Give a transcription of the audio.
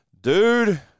Dude